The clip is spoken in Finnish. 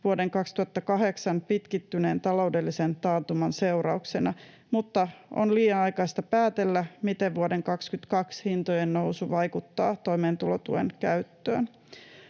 vuoden 2008 pitkittyneen taloudellisen taantuman seurauksena, mutta on liian aikaista päätellä, miten vuoden 22 hintojen nousu vaikuttaa toimeentulotuen käyttöön.